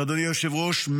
אדוני היושב-ראש,